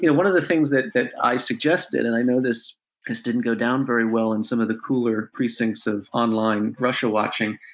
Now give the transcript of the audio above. one of the things that that i suggested, and i know this didn't go down very well in some of the cooler precincts of online russia-watching,